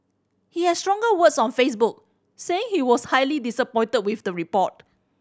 he had stronger words on Facebook saying he was highly disappointed with the report